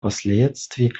последствий